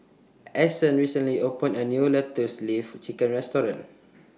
Anson recently opened A New Lotus Leaf Chicken Restaurant